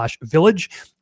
village